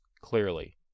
clearly